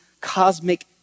cosmic